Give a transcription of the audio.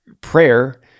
prayer